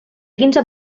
quinze